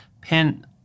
pin